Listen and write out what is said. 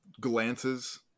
glances